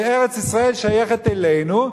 ארץ-ישראל שייכת לנו,